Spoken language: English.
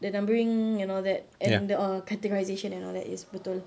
the numbering and all that and the oh categorisation and all that is betul